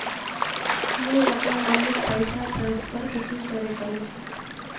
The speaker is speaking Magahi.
मुई अपना मम्मीक पैसा ट्रांसफर कुंसम करे करूम?